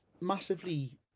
massively